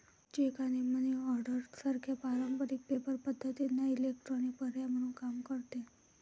check आणि money order सारख्या पारंपारिक पेपर पद्धतींना इलेक्ट्रॉनिक पर्याय म्हणून काम करते